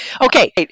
Okay